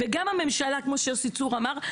כמו שיוסי צור אמר,